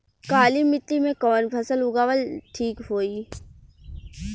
काली मिट्टी में कवन फसल उगावल ठीक होई?